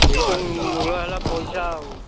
ସେଇତ ମୂଳ ହେଲା ପଇସା ଆଉ